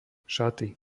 šaty